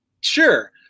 Sure